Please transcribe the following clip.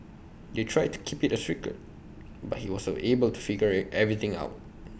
they tried to keep IT A secret but he was able to figure everything out